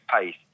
pace